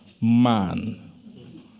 man